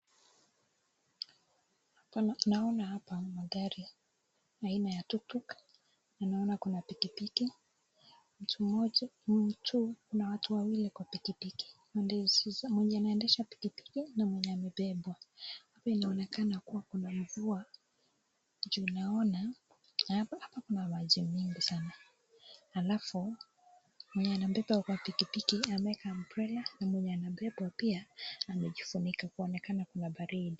Naona hapa magari aina ya tuktuk na naona kuna pikipiki kuna watu wawili kwa pikipiki, mwenye anaendesha pikipiki na mwenye amebebwa. Hapa inaonekana kuwa kuna mvua ju naona hapa kuna maji mingi sana. Alafu mwenye anabeba kwa pikipiki anaweka umbrella na mwenye anabebwa pia amejifunika kuonekana kuna baridi.